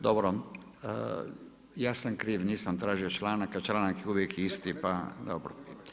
Dobro, ja sam kriv, nisam tražio članak a članak je uvijek isti pa dobro.